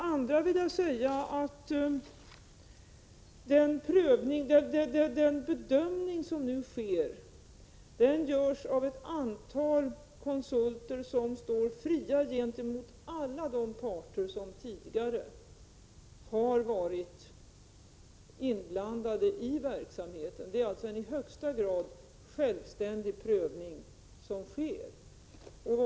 Jag vill också säga att den bedömning som nu sker görs av ett antal konsulter som står fria gentemot alla de parter som tidigare varit inblandade i verksamheten. Det är alltså en i högsta grad självständig prövning som sker.